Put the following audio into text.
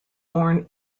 born